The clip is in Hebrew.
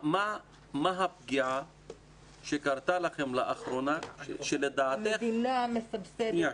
מה הפגיעה שקרתה לכם לאחרונה שלדעתך --- המדינה מסבסדת,